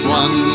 one